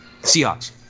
Seahawks